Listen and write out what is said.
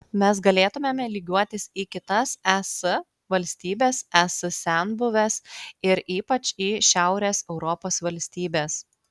mes galėtumėme lygiuotis į kitas es valstybes es senbuves ir ypač į šiaurės europos valstybes